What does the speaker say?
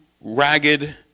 ragged